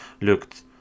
looked